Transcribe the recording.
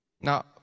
Now